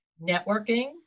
networking